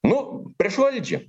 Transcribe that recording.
nu prieš valdžią